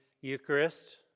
Eucharist